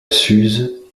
suse